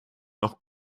noch